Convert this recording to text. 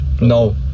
No